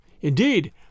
Indeed